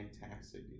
fantastic